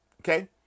Okay